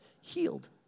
healed